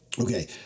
Okay